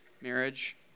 marriage